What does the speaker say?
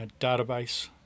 database